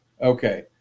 Okay